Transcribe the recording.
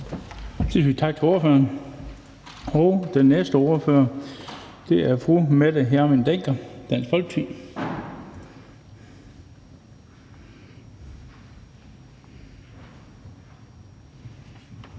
tak til ordføreren. Og den næste ordfører er fru Mette Hjermind Dencker, Dansk Folkeparti.